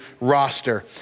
roster